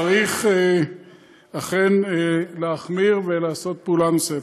וצריך אכן להחמיר ולעשות פעולה נוספת.